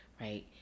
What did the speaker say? right